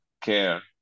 care